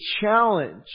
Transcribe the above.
challenge